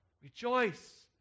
Rejoice